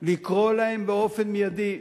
לקרוא להם באופן מיידי,